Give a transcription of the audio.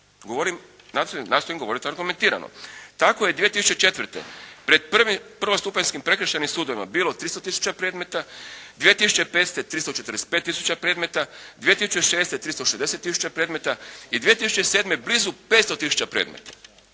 nastojim govoriti argumentirano. Tako je 2004. pred prvostupanjskim prekršajnim sudovima bilo 300 tisuća predmeta, 2005. 345 tisuća predmeta, 2006. 360 tisuća predmeta i 2007. blizu 500 tisuća predmeta.